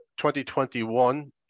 2021